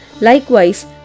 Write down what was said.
Likewise